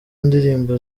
ndirimbo